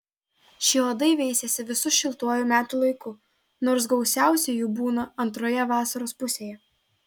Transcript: šie uodai veisiasi visu šiltuoju metų laiku nors gausiausiai jų būna antroje vasaros pusėje